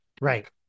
Right